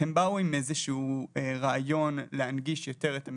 הם באו עם איזשהו רעיון להנגיש יותר את המדינה,